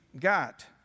got